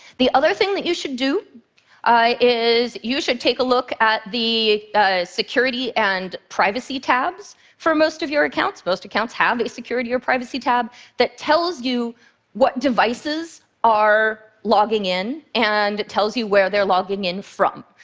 the other thing that you should do is you should take a look at the security and privacy tabs for most of your accounts. most accounts have a security or privacy tab that tells you what devices are logging in, and it tells you where they're logging in from.